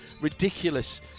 ridiculous